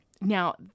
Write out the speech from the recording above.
Now